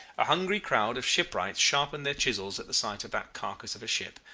a hungry crowd of shipwrights sharpened their chisels at the sight of that carcass of a ship.